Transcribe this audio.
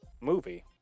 movie